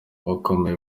bakomeye